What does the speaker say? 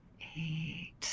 eight